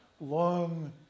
long